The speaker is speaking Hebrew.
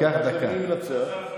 בכפר קאסם מי מנצח?